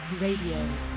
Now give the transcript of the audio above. Radio